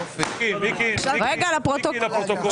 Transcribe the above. רגע, לפרוטוקול,